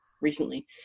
recently